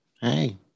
hey